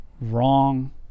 wrong